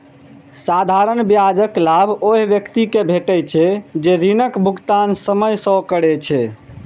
साधारण ब्याजक लाभ ओइ व्यक्ति कें भेटै छै, जे ऋणक भुगतान समय सं करै छै